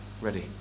ready